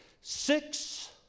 six